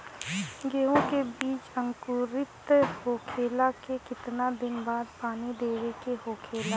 गेहूँ के बिज अंकुरित होखेला के कितना दिन बाद पानी देवे के होखेला?